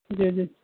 جی جی